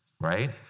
right